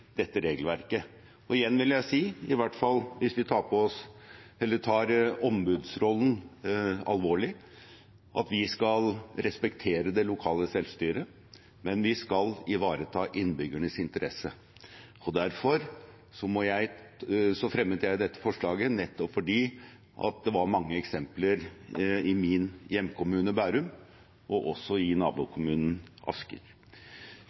dette regelverket. Igjen vil jeg si, i hvert fall hvis vi tar ombudsrollen alvorlig, at vi skal respektere det lokale selvstyret, men vi skal ivareta innbyggernes interesser. Derfor fremmet jeg dette forslaget, fordi det var mange eksempler i min hjemkommune, Bærum, og også i nabokommunen Asker.